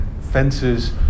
fences